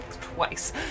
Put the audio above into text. Twice